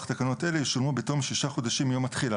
תקנות אלו ישולמו בתום שישה חודשים מיום התחילה.